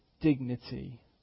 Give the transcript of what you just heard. dignity